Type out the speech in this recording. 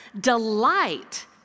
delight